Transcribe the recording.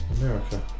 America